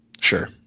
Sure